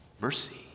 mercy